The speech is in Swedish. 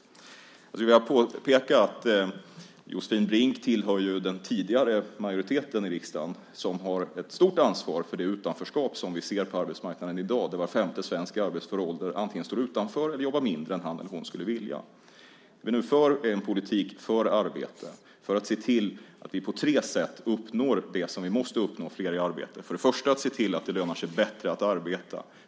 Jag skulle vilja påpeka att Josefin Brink tillhör den tidigare majoriteten i riksdagen som har ett stort ansvar för det utanförskap som vi ser på arbetsmarknaden i dag där var femte svensk i arbetsför ålder antingen står utanför eller jobbar mindre än han eller hon skulle vilja. Vi för nu en politik för arbete för att se till att vi på tre sätt uppnår det som vi måste uppnå: fler i arbete. För det första måste vi se till att det lönar sig bättre att arbeta.